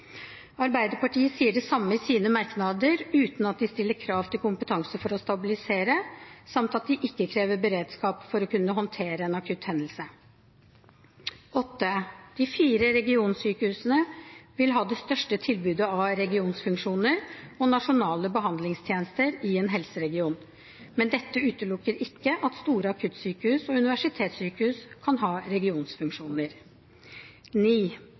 Arbeiderpartiet sier det samme i sine merknader uten at de stiller krav til kompetanse for å stabilisere, samt at de ikke krever beredskap for å kunne håndtere en akutt hendelse. De fire regionsykehusene vil ha det største tilbudet av regionsfunksjoner og nasjonale behandlingstjenester i en helseregion. Men dette utelukker ikke at store akuttsykehus og universitetssykehus kan ha regionsfunksjoner.